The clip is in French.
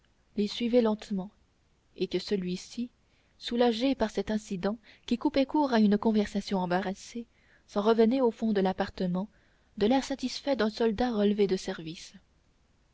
les suivait lentement et que celui-ci soulagé par cet incident qui coupait court à une conversation embarrassée s'en revenait au fond de l'appartement de l'air satisfait d'un soldat relevé de service